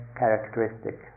characteristic